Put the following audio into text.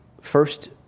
first